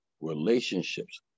relationships